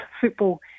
football